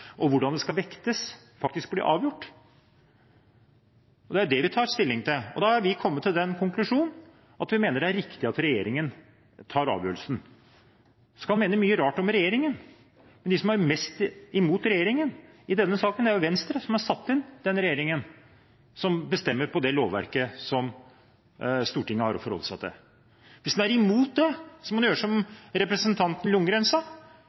og hvordan de skal vektes, det faktisk blir avgjort. Det er det vi tar stilling til, og da har vi kommet til den konklusjon at vi mener det er riktig at regjeringen tar avgjørelsen. Man kan mene mye rart om regjeringen, men de som er mest imot regjeringen i denne saken, er Venstre – som har satt inn denne regjeringen som bestemmer over det lovverket som Stortinget har å forholde seg til. Hvis man er imot det, må man gjøre som representanten Ljunggren sa,